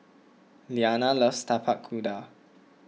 Liana loves Tapak Kuda